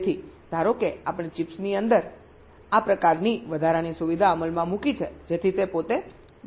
તેથી ધારો કે આપણે ચિપ્સની અંદર આ પ્રકારની વધારાની સુવિધા અમલમાં મૂકી છે જેથી તે પોતે BIST ચકાસી શકે